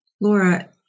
Laura